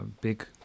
big